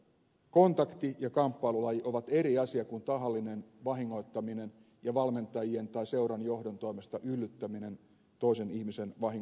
kontakti ja kamppailulajit ovat eri asia kuin tahallinen vahingoittaminen ja valmentajien tai seuran johdon toimesta yllyttäminen toisen ihmisen vahingoittamiseen